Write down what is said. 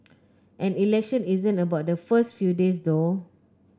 an election isn't about the first few days though